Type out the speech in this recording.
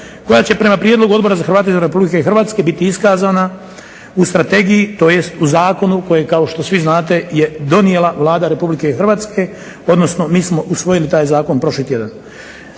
koja će prema prijedlogu Odbora za Hrvate izvan Republike Hrvatske biti iskazana u strategiji, tj. u zakonu koji kao što svi znamo je donijela Vlada Republike Hrvatske, odnosno mi smo usvojili taj zakon prošli tjedan.